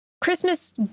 Christmas